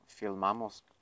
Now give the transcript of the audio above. filmamos